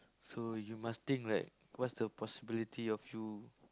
so you must think like what's the possibility of you